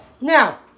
now